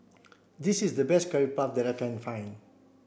this is the best curry puff that I can find